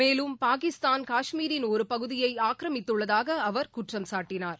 மேலும் பாகிஸ்தான் காஷ்மீரின் ஒரு பகுதியை ஆக்கிரமித்துள்ளதாக அவர் குற்றம் சாட்டினார்